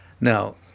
Now